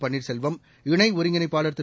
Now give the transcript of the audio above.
பன்ளீர்செல்வம் இணை ஒருங்கிணைப்பாளர் திரு